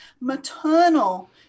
maternal